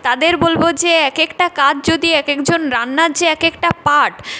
তাদের বলবো যে এক একটা কাজ যদি এক একজন রান্নার যে এক একটা পার্ট